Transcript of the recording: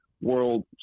world